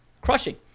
crushing